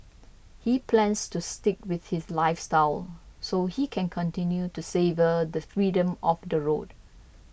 he plans to stick with this lifestyle so he can continue to savour the freedom of the road